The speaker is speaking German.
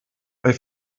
bei